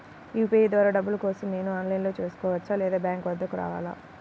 UPI ద్వారా డబ్బులు కోసం నేను ఆన్లైన్లో చేసుకోవచ్చా? లేదా బ్యాంక్ వద్దకు రావాలా?